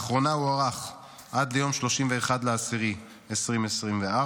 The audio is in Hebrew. הוארך לאחרונה עד ליום 31 באוקטובר 2024,